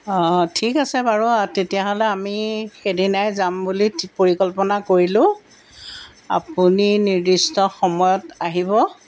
অঁ ঠিক আছে বাৰু তেতিয়াহ'লে আমি সেইদিনাই যাম বুলি ঠি পৰিকল্পনা কৰিলো আপুনি নিৰ্দিষ্ট সময়ত আহিব